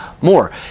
more